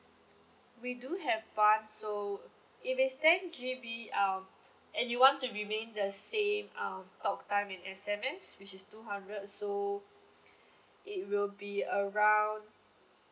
we do have one so if it's ten G_B um and you want to remain the same um talk time and S_M_S which is two hundred so it will be around